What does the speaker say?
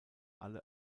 alle